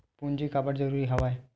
पूंजी काबर जरूरी हवय?